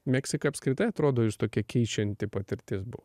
meksika apskritai atrodo jus tokia keičianti patirtis buvo